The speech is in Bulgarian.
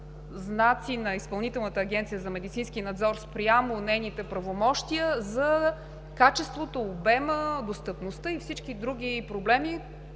надзор“ спрямо нейните правомощия за качеството, обема, достъпността и всички други проблеми,